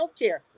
healthcare